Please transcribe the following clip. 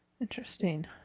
Interesting